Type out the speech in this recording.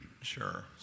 Sure